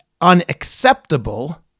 unacceptable